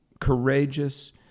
courageous